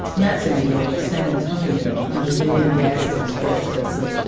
not san diego, san antonio under vivian gadsden's presidency,